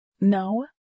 No